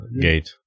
gate